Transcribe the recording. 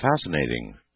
fascinating